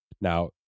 Now